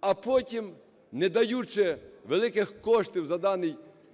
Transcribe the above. а потім, не даючи великих коштів